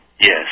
Yes